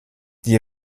die